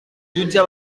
jutge